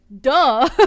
Duh